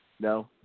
No